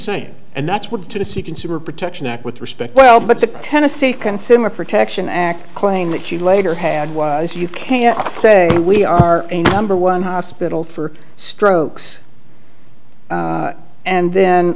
said and that's what to see consumer protection act with respect well but the tennessee consumer protection act claim that you later had was you can say we are a number one hospital for strokes and then